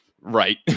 right